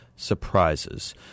surprises